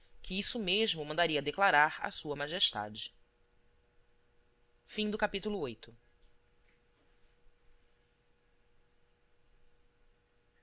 que isso mesmo mandaria declarar a sua majestade